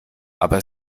aber